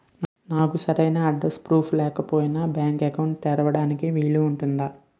నాకు సరైన address proof లేకపోయినా బ్యాంక్ అకౌంట్ తెరవడానికి వీలవుతుందా?